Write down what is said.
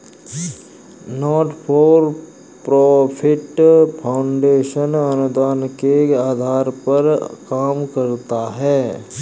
not for profit foundation अनुदान के आधार पर काम करता है